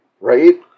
Right